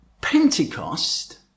Pentecost